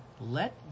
Let